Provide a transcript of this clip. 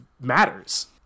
matters